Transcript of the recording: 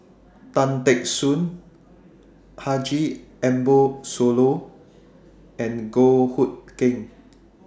Tan Teck Soon Haji Ambo Sooloh and Goh Hood Keng